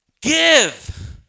give